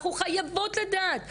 אנחנו חייבות לדעת.